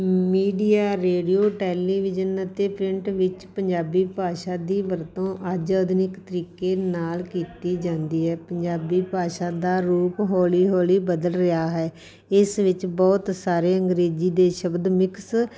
media radio television ਅਤੇ print ਵਿੱਚ ਪੰਜਾਬੀ ਭਾਸ਼ਾ ਦੀ ਵਰਤੋਂ ਅੱਜ ਆਧੁਨਿਕ ਤਰੀਕੇ ਨਾਲ ਕੀਤੀ ਜਾਂਦੀ ਹੈ ਪੰਜਾਬੀ ਭਾਸ਼ਾ ਦਾ ਰੂਪ ਹੌਲੀ ਹੌਲੀ ਬਦਲ ਰਿਹਾ ਹੈ ਇਸ ਵਿੱਚ ਬਹੁਤ ਸਾਰੇ ਅੰਗਰੇਜ਼ੀ ਦੇ ਸ਼ਬਦ ਮਿੱਕਸ